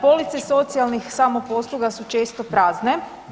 Police socijalnih samoposluga su često prazne.